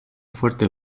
fuerte